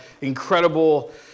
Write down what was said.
incredible